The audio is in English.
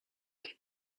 can